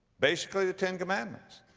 basically the ten commandments.